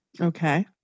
Okay